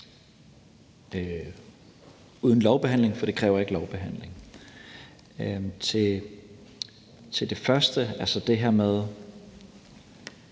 uden lovbehandling, for det kræver ikke lovbehandling. I forhold til det første, altså det her med,